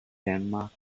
denmark